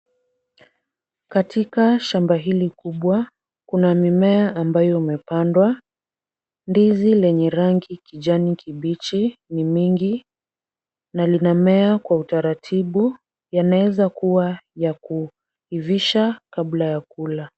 Katika shamba hili kubwa kuna mimea ambayo umepandwa. Ndizi lenye rangi kijani kibichi ni mingi na linamea kwa utaratibu. Yanaweza kuwa ya kuivisha kabla ya kula.